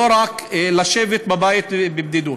לא רק לשבת בבית בבדידות.